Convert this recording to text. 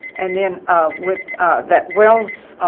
and then with that wells